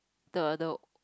the the